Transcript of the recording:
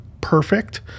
perfect